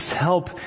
help